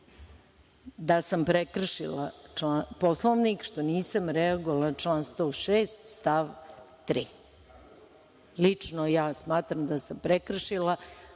da sam prekršila Poslovnik što nisam reagovala na član 106. stav 3. Lično ja smatram da sam prekršila